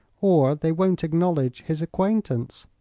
or they won't acknowledge his acquaintance.